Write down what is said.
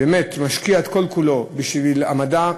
משקיע את כל-כולו בשביל המדע,